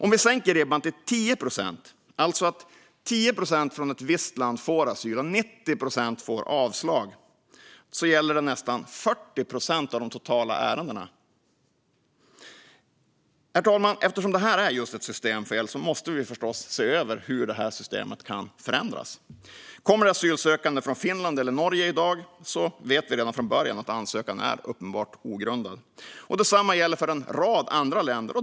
Om vi sänker ribban till 10 procent, alltså att 10 procent från ett visst land får asyl och 90 procent får avslag, gällde det nästan 40 procent av de totala antalet ärenden. Herr talman! Eftersom detta är just ett systemfel måste vi förstås se över hur systemet kan förändras. Kommer det asylsökande från Finland eller Norge vet vi redan från början att ansökan är uppenbart ogrundad. Detsamma gäller för en rad andra länder.